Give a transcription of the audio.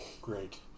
Great